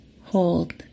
hold